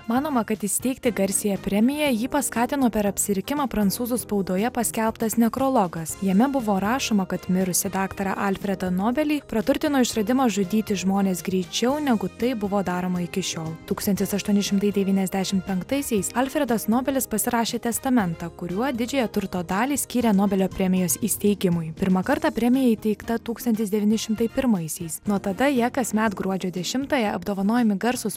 manoma kad įsteigti garsiąją premiją jį paskatino per apsirikimą prancūzų spaudoje paskelbtas nekrologas jame buvo rašoma kad mirusį daktarą alfredą nobelį praturtino išradimas žudyti žmones greičiau negu tai buvo daroma iki šiol tūkstantis aštuoni šimtai devyniasdešimt penktaisiais alfredas nobelis pasirašė testamentą kuriuo didžiąją turto dalį skyrė nobelio premijos įsteigimui pirmą kartą premija įteikta tūkstantis devyni šimtai pirmaisiais nuo tada ja kasmet gruodžio dešimtąją apdovanojami garsūs